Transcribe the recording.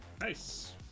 Nice